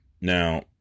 Now